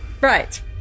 Right